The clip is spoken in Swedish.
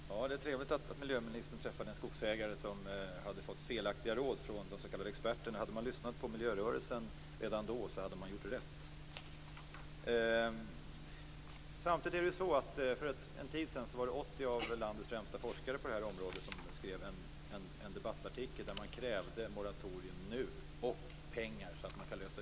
Fru talman! Det var trevligt att miljöministern hade träffat en skogsägare som hade fått felaktiga råd från de s.k. experterna. Om man hade lyssnat på miljörörelsen, hade man gjort rätt redan då. För en tid sedan skrev 80 av landets främsta forskare på det här området en debattartikel där man krävde ett moratorium nu och pengar för att lösa ut skogen i fråga.